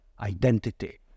identity